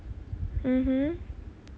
mmhmm